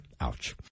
Ouch